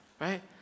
right